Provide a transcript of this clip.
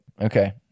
Okay